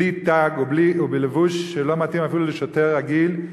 בלי תג ובלבוש שלא מתאים אפילו לשוטר רגיל.